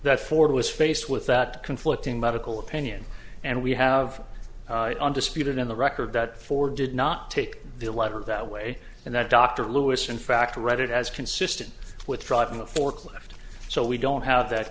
that ford was faced with that conflicting medical opinion and we have undisputed in the record that ford did not take the letter that way and that dr lewis in fact read it as consistent with driving a forklift so we don't have that